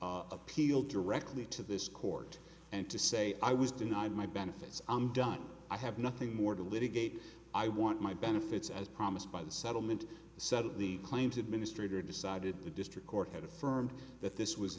to appeal directly to this court and to say i was denied my benefits i'm done i have nothing more to litigate i want my benefits as promised by the settlement settle the claims administrator decided the district court had affirmed that this was